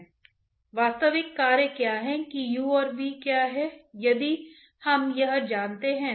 तो शरीर के विभिन्न स्थानों का स्थानीय तापमान अलग अलग होगा